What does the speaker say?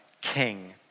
king